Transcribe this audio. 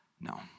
No